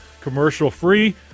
commercial-free